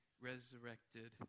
resurrected